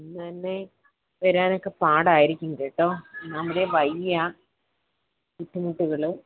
ഇന്നുതന്നെ വരാനൊക്കെ പാടായിരിക്കും കേട്ടോ ഒന്നാമതെ വയ്യ ബുദ്ധിമുട്ടുകൾ